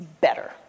better